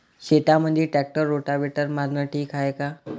शेतामंदी tractor rotavator मारनं ठीक हाये का?